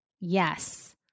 Yes